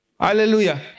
Hallelujah